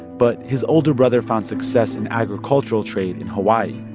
but his older brother found success in agricultural trade in hawaii.